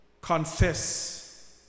confess